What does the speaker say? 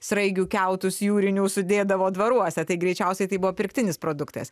sraigių kiautus jūrinių sudėdavo dvaruose tai greičiausiai tai buvo pirktinis produktas